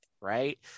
right